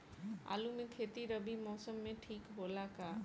आलू के खेती रबी मौसम में ठीक होला का?